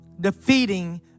Defeating